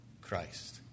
Christ